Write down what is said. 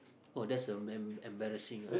oh that's a man embarrassing ah